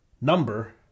number